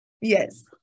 Yes